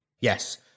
Yes